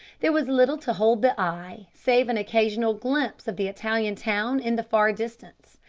there was little to hold the eye save an occasional glimpse of the italian town in the far distance.